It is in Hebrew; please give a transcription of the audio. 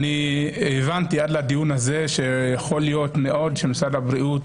עד הדיון הזה הבנתי שיכול להיות שמשרד הבריאות